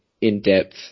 in-depth